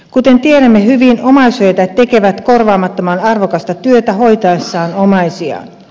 kuten tiedämme hyvin omaishoitajat tekevät korvaamattoman arvokasta työtä hoitaessaan omaisiaan